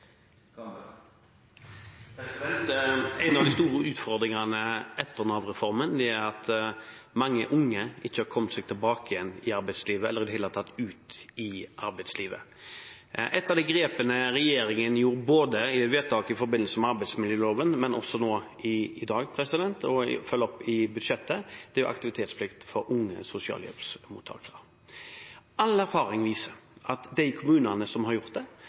En av de store utfordringene etter Nav-reformen er at mange unge ikke har kommet seg tilbake igjen i arbeidslivet eller i det hele tatt ut i arbeidslivet. Et av grepene regjeringen gjorde i vedtak i forbindelse med arbeidsmiljøloven og nå i dag, og som følges opp i budsjettet, gjelder aktivitetsplikt for unge sosialhjelpsmottakere. All erfaring viser at i de kommunene som har gjort det,